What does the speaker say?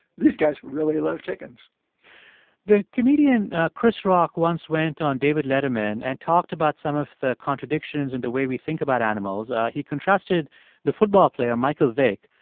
these guys really love chickens the comedian chris rock once went on david letterman and talked about some of the contradictions in the way we think about animals. he contrasted the football player michael vick,